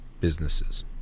businesses